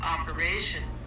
operation